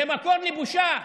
זה מקור לבושה.